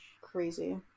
Crazy